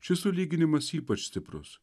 šis sulyginimas ypač stiprus